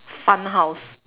fun house